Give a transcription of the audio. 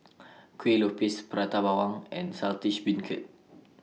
Kuih Lopes Prata Bawang and Saltish Beancurd